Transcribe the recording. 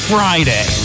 Friday